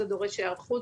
זה דורש היערכות,